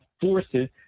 forces